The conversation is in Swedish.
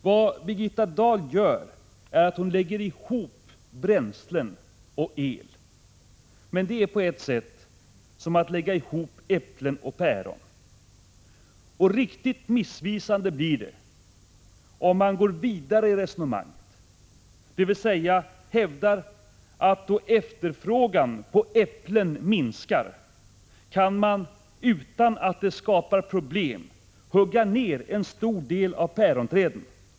Vad Birgitta Dahl gör är att hon lägger ihop bränslen och el. Men det är som att lägga ihop äpplen och päron. Riktigt missvisande blir det om man går vidare i resonemanget och vill hävda, att då efterfrågan på äpplen minskar kan man, utan att det skapar problem, hugga ned en stor del av päronträden.